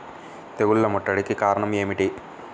తెగుళ్ల ముట్టడికి కారణం ఏమిటి?